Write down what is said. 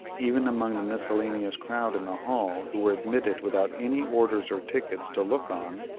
even among the miscellaneous crowd in the hall who were admitted without any orders or tickets to look on,